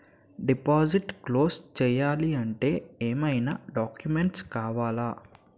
Deposit close చేయాలి అంటే ఏమైనా డాక్యుమెంట్స్ కావాలా?